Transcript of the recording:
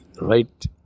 right